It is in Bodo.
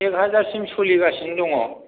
एक हाजारसिम सोलिगासिनो दङ'